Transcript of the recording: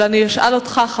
אבל אשאל אותך,